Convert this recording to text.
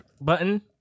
button